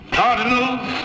cardinals